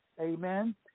Amen